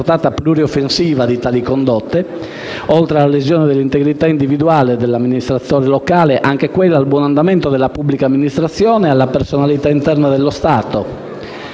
portata plurioffensiva di tali condotte (oltre alla lesione della integrità individuale dell'amministratore locale, anche quella al buon andamento della pubblica amministrazione e alla personalità interna dello Stato),